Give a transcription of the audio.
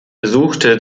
besuchte